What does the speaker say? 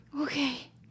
Okay